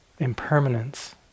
impermanence